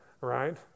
Right